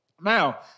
Now